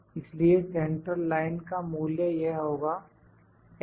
इसलिए central line का मूल्य यह होगा 3039